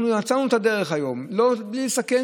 יצרנו את הדרך היום בלי לסכן,